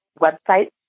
website